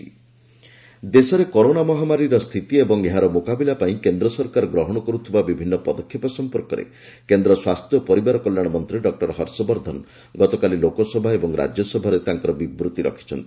doctor Harshvardhan ଦେଶରେ corona ମହାମାରୀର ସ୍ଥିତି ଏବଂ ଏହାର ମୁକାବିଲା ପାଇଁ କେନ୍ଦ୍ର ସରକାର ଗ୍ରହଣ କରୁଥିବା ବିଭିନ୍ନ ପଦକ୍ଷେପ ସଂପର୍କରେ କେନ୍ଦ୍ର ସ୍ୱାସ୍ଥ୍ୟ ଓ ପରିବାର କଲ୍ୟାଣ ମନ୍ତ୍ରୀ ଡକ୍କର ହର୍ଷବର୍ଦ୍ଧନ ଗତକାଲି ଲୋକସଭା ଏବଂ ରାଜ୍ୟସଭାରେ ତାଙ୍କର ବିବୃତ୍ତି ରଖିଛନ୍ତି